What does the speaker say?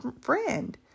friend